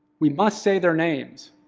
we must say their names,